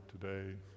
today